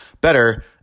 better